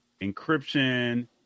encryption